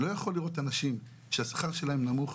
לא יכול לראות אנשים שהשכר שלהם נמוך.